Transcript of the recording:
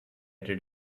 did